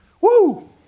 Woo